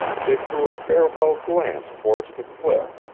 they threw a farewell glance towards the cliff,